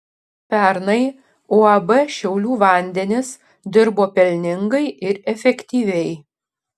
pernai uab šiaulių vandenys dirbo pelningai ir efektyviai